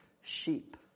sheep